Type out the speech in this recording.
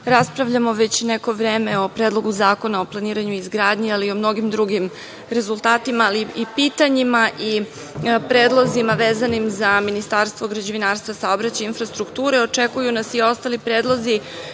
raspravljamo već neko vreme o Predlogu zakona o planiranju izgradnji, ali i o mnogim drugim rezultatima, ali i pitanjima i predlozima vezanim za Ministarstvo građevinarstva, saobraćaja, infrastrukture. Očekuju nas i ostali predlozi. Ja